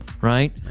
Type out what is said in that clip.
right